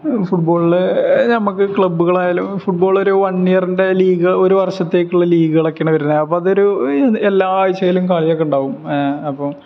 ഫുട്ബോളിൽ നമുക്ക് ക്ലബ്ബുകളായാലും ഫുട്ബോളൊരു വൺ ഇയറിൻ്റെ ലീഗ് ഒരു വർഷത്തേക്കുള്ള ലീഗുകളൊക്കെയായാണ് വരുന്നത് അപ്പോള് അതൊരു എല്ലാ ആഴ്ചയിലും കളിയൊക്കെയുണ്ടാവും അപ്പോള്